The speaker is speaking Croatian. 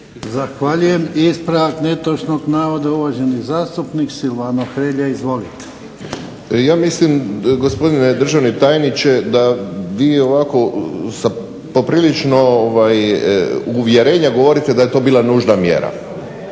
Zahvaljujem. I ispravak netočnog navoda, uvaženi zastupnik Silvano Hrelja. Izvolite. **Hrelja, Silvano (HSU)** Ja mislim gospodine državni tajniče da vi ovako sa poprilično uvjerenja govorite da je to bila nužna mjera.